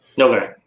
Okay